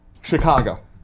Chicago